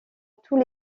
tous